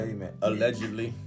Allegedly